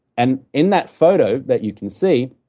and in that photo that you can see,